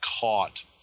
caught